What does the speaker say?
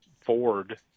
Ford